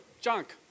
junk